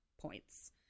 points